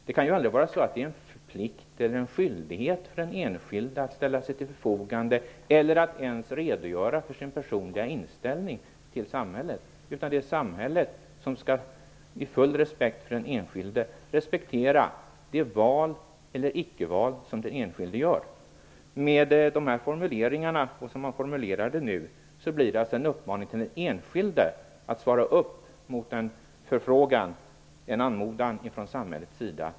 Det kan ju aldrig vara en plikt eller skyldighet för den enskilde att ställa sig till förfogande eller ens att redogöra för sin personliga inställning till samhället. I stället är det samhället som, med full respekt för den enskilde, skall respektera det val eller icke-val som den enskilde gör. Med formuleringarna här blir det i stället en uppmaning till den enskilde att svara upp mot en förfrågan, en anmodan, från samhällets sida.